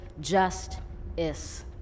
just-is